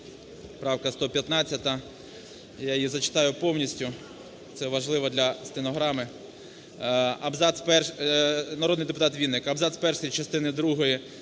Правка 115, я її зачитаю повністю, це важливо для стенограми. Абзац перший... Народний депутат Вінник. Абзац перший частини другої